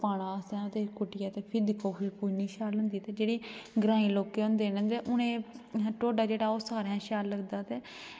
पाना असें कुट्टियै ते फिर दिक्खो शैल होंदी ते जेह्की ग्रांऐं लोकें होंदी ते उनें ढोड्डा जेह्ड़ा ओह् सारें कशा शैल लगदा ते